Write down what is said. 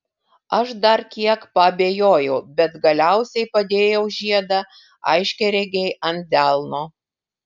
aš dar kiek paabejojau bet galiausiai padėjau žiedą aiškiaregei ant delno